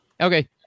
Okay